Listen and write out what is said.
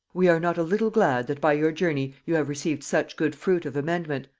we are not a little glad that by your journey you have received such good fruit of amendment,